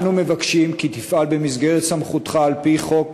אנו מבקשים כי תפעל במסגרת סמכותך על-פי חוק,